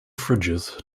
fridges